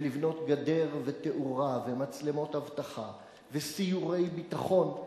ולבנות גדר ותאורה, ומצלמות אבטחה, וסיורי ביטחון,